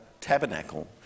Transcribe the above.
tabernacle